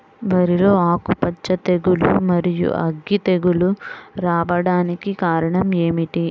వరిలో ఆకుమచ్చ తెగులు, మరియు అగ్గి తెగులు రావడానికి కారణం ఏమిటి?